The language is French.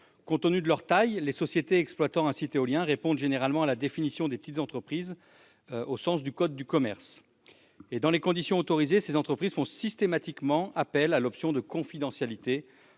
Compte tenu de leur taille, les sociétés exploitant un site éolien répondent généralement à la définition des petites entreprises au sens du code de commerce. Et dans les conditions autorisées, ces entreprises font systématiquement appel à l'option de confidentialité